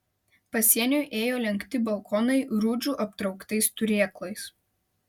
pasieniui ėjo lenkti balkonai rūdžių aptrauktais turėklais